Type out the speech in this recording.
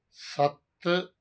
ਸੱਤ